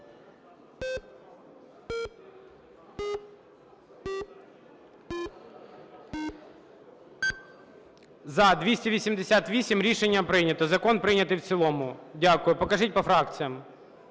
За-288 Рішення прийнято. Закон прийнятий в цілому. Дякую. Покажіть по фракціям.